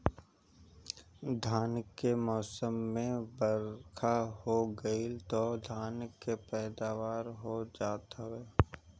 धान के मौसम में बरखा हो गईल तअ धान के पैदावार हो जात हवे